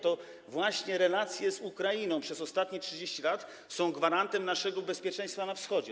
To właśnie relacje z Ukrainą przez ostatnie 30 lat są gwarantem naszego bezpieczeństwa na Wschodzie.